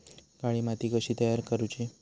काळी माती कशी तयार करूची?